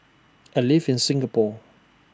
I live in Singapore